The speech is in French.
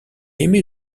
aimé